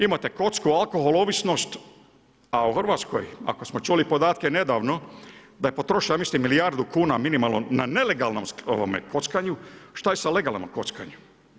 Imate kocku, alkohol, ovisnost, a u Hrvatskoj, ako smo čuli podatke nedavno da je potrošeno milijardu kuna minimalno na nelegalnom kockanju, šta je sa legalnim kockanjem?